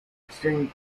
exchanged